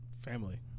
Family